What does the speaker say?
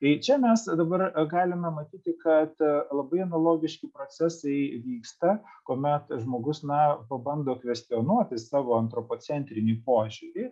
tai čia mes dabar galime matyti kad labai analogiški procesai vyksta kuomet žmogus na pabando kvestionuoti savo antropocentrinį požiūrį